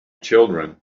children